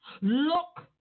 Look